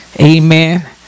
Amen